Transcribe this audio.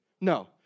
No